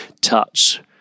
touch